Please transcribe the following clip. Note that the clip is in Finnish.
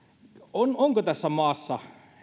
onko tässä maassa